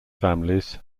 families